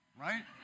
right